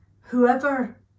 whoever